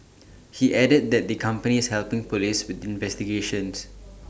he added that the company is helping Police with the investigations